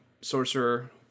sorcerer